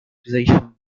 position